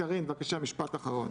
קארין, בבקשה, משפט אחרון.